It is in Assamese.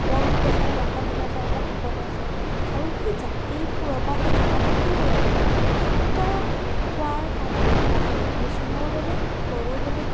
বড়ো কছাৰী ৰাভা ডিমাচা এইবিলাক সকলো আছে আৰু সেই জাতিবোৰৰ বা সেই জনজাতীবোৰৰ খাদ্য খোৱাৰ তালিকাবিলাক বেলেগ মিচিঙৰো বেলেগ বড়োৰ বেলেগ